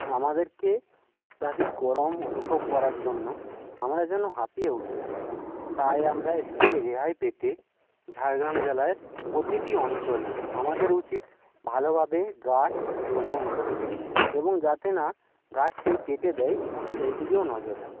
আমাদেরকে অত্যাধিক গরম অনুভব করার জন্য আমরা যেন হাঁপিয়ে উঠেছি তাই আমরা এর থেকে রেহাই পেতে ঝাড়গ্রাম জেলায়ের প্রতিটি অঞ্চলে আমাদের উচিত ভালোভাবে গাছ রোপণ করা এবং যাতে না গাছ কেউ কেটে দেয় সেই দিকেও নজর রাখা